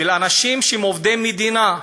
של אנשים שהם עובדי המדינה,